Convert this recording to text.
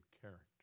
character